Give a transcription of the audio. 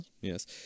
Yes